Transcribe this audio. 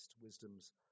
wisdom's